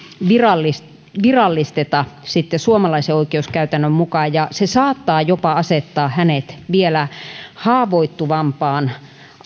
virallisteta virallisteta suomalaisen oikeuskäytännön mukaan ja se saattaa jopa asettaa hänet vielä haavoittuvampaan